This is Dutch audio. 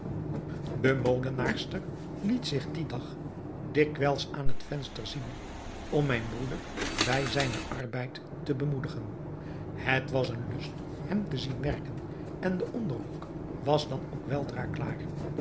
de molenaarster liet zich dien dag dikwijls aan het venster zien om mijn broeder bij zijnen arbeid te bemoedigen het was een lust hem te zien werken en de onderrok was dan ook weldra klaar